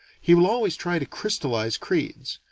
he will always try to crystallize creeds.